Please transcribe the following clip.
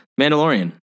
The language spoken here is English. Mandalorian